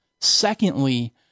Secondly